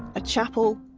a chapel,